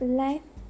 life